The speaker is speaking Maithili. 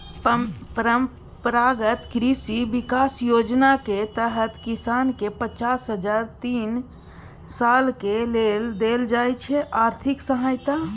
परंपरागत कृषि बिकास योजनाक तहत किसानकेँ पचास हजार तीन सालक लेल देल जाइ छै आर्थिक सहायता